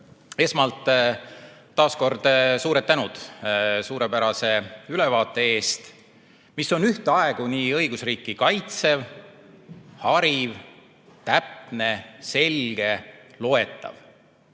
Esmalt taas kord suured tänud suurepärase ülevaate eest, mis on ühtaegu nii õigusriiki kaitsev, hariv, täpne, selge, loetav.